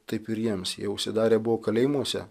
taip ir jiems jie užsidarę buvo kalėjimuose